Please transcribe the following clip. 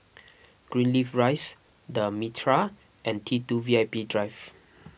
Greenleaf Rise the Mitraa and T two VIP Drive